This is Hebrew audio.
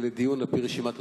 לדיון על-פי רשימת הדוברים.